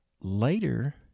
later